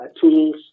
tools